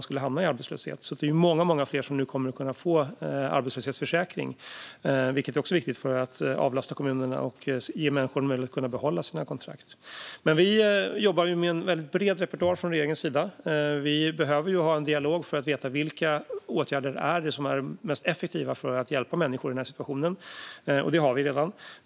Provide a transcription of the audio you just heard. Det är alltså många fler som nu kommer att täckas av arbetslöshetsförsäkringen, vilket också är viktigt för att avlasta kommunerna och ge människor möjlighet att behålla sina kontrakt. Vi jobbar med en bred repertoar från regeringens sida. Vi behöver ha en dialog för att få veta vilka åtgärder som är mest effektiva för att hjälpa människor i den här situationen, och det har vi redan.